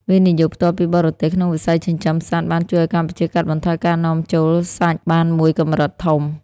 វិនិយោគផ្ទាល់ពីបរទេស ក្នុងវិស័យចិញ្ចឹមសត្វ បានជួយឱ្យកម្ពុជាកាត់បន្ថយការនាំចូលសាច់បានមួយកម្រិតធំ។